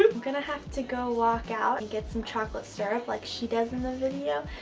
i'm gonna have to go walk out and get some chocolate syrup like she does in the video,